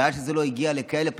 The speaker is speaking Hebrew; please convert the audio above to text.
ועד שזה לא הגיע לכאלה פסים,